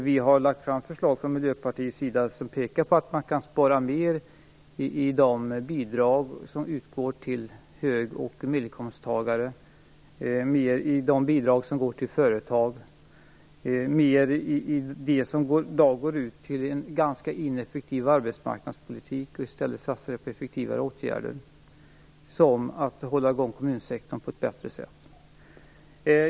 Vi har lagt fram förslag från Miljöpartiets sida som pekar på att man kan spara mer i de bidrag som utgår till hög och medelinkomsttagare, i de bidrag som går till företag och i det som i dag går ut till en ganska ineffektiv arbetsmarknadspolitik och i stället satsa på effektivare åtgärder, som att hålla i gång kommunsektorn på ett bättre sätt.